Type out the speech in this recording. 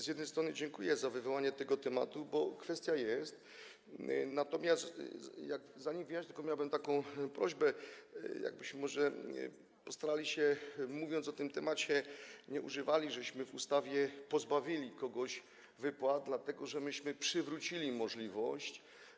Z jednej strony dziękuję za wywołanie tego tematu, bo kwestia jest, natomiast zanim wyjaśnię, miałbym tylko taką prośbę, żebyśmy może postarali się, mówiąc o tym temacie, nie używać słów, że w ustawie pozbawiliśmy kogoś wypłat, dlatego że myśmy przywrócili możliwość.